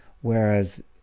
whereas